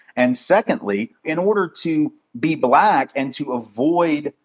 and secondly, in order to be black and to avoid,